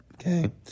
Okay